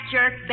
Jerk